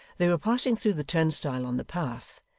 they were passing through the turnstile on the path,